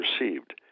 received